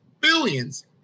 billions